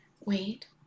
Wait